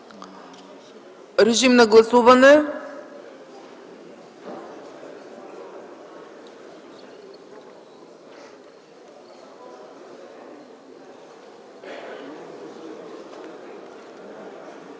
режим за гласуване.